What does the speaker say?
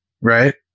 right